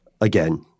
Again—